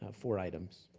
ah four items.